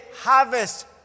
harvest